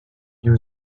div